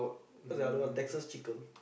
what's the other one Texas chicken